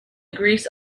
grease